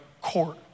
court